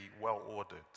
well-ordered